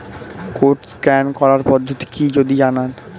Code scan করার পদ্ধতিটি কি যদি জানান?